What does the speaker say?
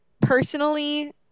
personally